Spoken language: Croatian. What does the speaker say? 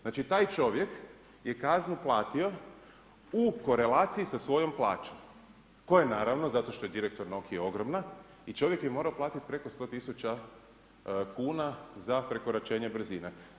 Znači taj čovjek je kaznu platio u korelaciji sa svojom plaćom, koja je naravno, zato što je direktor Nokie, ogromna, i čovjek je morao platit preko 100 000 kuna za prekoračenje brzina.